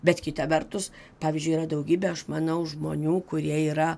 bet kite vertus pavyzdžiui yra daugybė aš manau žmonių kurie yra